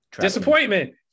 Disappointment